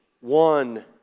one